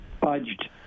budged